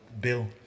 bill